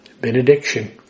benediction